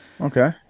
Okay